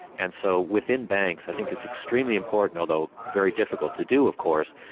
and so within banks i think it's extremely important, although very difficult to do of course,